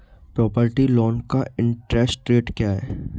Property loan का interest rate क्या है?